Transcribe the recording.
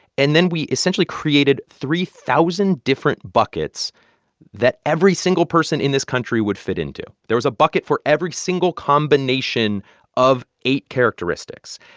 and then we essentially created three thousand different buckets that every single person in this country would fit into. there was a bucket for every single combination of eight characteristics.